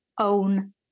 own